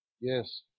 Yes